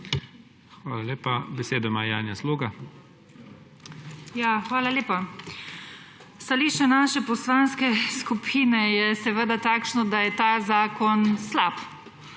Hvala lepa. Besedo ima Janja Sluga. JANJA SLUGA (PS NP): Hvala lepa. Stališče naše poslanske skupine je seveda takšno, da je ta zakon slab,